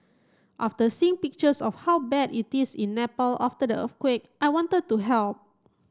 after seeing pictures of how bad it is in Nepal after the earthquake I wanted to help